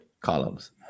columns